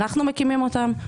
אנחנו מקימים אותן,